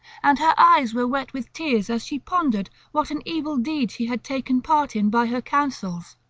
and her eyes were wet with tears as she pondered what an evil deed she had taken part in by her counsels.